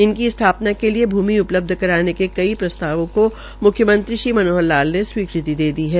इनकी स्थापना के लिए भ्रमि उपलब्ध कराने के कई प्रस्तावों को मुख्यमंत्री श्री मनोहर लाल ने स्वीकृति दे दी है